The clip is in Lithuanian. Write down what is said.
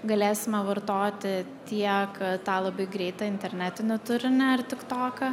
galėsime vartoti tiek tą labai greitą internetinį turinį ar tik toką